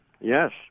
Yes